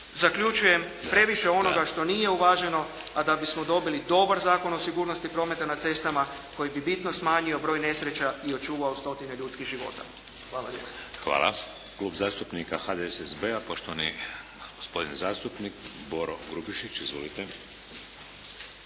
Zaključujem. Previše onoga što nije uvaženo, a da bismo dobili dobar Zakon o sigurnosti prometa na cestama koji bi bitno smanjio broj nesreća i očuvao stotine ljudskih života. Hvala lijepa. **Šeks, Vladimir (HDZ)** Hvala. Klub zastupnika HDSSB-a, poštovani gospodin zastupnik Boro Grubišić. Izvolite.